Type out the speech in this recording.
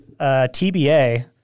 TBA